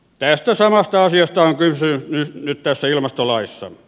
tästä samasta asiasta on kysymys nyt tässä ilmastolaissa